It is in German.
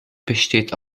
besteht